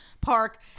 Park